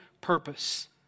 purpose